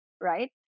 right